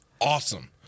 awesome